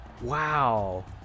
Wow